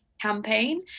campaign